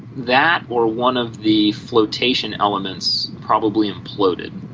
that or one of the flotation elements probably imploded.